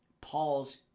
Paul's